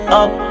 up